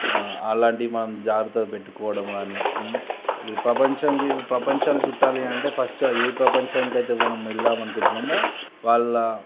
అలాంటి మనం జాగ్రత్త పెట్టుకోవడం కానీ ప్రపంచనికి ప్రపంచాలు చుట్టాలి అంటే ఫస్ట్ ఏ ప్రపంచానికైతే మనం వెళదాము అనుకుంటున్నామో వాళ్ళ